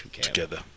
together